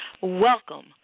Welcome